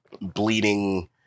bleeding